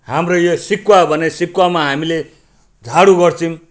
हाम्रो यो सिकुवा भने सिकुवामा हामीले झाडु गर्छौँ